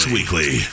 Weekly